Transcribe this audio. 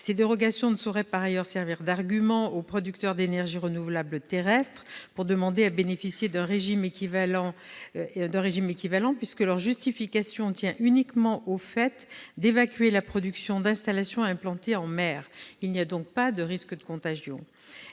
Ces dérogations ne sauraient par ailleurs servir d'argument aux producteurs d'énergies renouvelables terrestres pour demander à bénéficier d'un régime équivalent, puisque leur justification tient uniquement au fait d'évacuer la production d'installations implantées en mer ; il n'y a donc pas de « risque de contagion